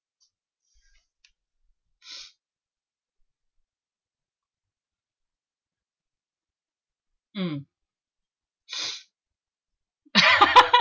mm